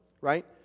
right